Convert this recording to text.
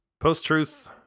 Post-truth